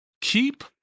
keep